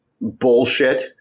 bullshit